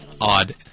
odd